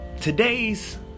today's